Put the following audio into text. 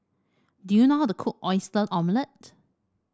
do you know how to cook Oyster Omelette